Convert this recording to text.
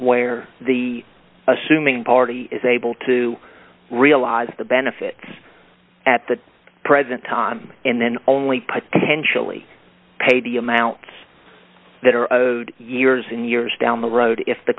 where the assuming party is able to realize the benefits at the present time and then only potentially pay the amounts that are owed years and years down the road if the